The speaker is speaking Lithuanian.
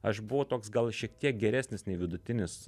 aš buvau toks gal šiek tiek geresnis nei vidutinis